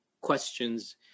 questions